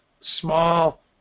small